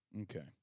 Okay